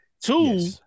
Two